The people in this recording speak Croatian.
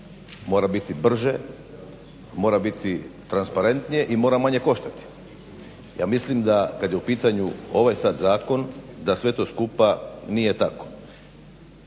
mora biti brže, mora biti transparentnije i mora manje koštati. Ja mislim kad je u pitanju ovaj sad zakon da sve to skupa nije tako.